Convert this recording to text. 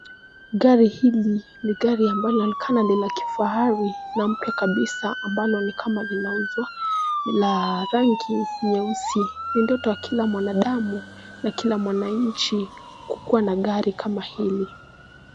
Gari hili ni gari ambalo linaonekana ni la kifahari na mke kabisa ambalo ni kama linauzwa. Ni la rangi nyeusi. Ni ndoto ya kila mwanadamu na kila mwananchi kukua na gari kama hili.